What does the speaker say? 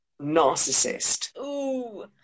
narcissist